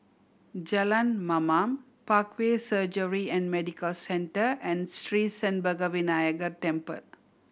Jalan Mamam Parkway Surgery and Medical Centre and Sri Senpaga Vinayagar Temple